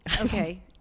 okay